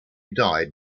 died